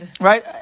right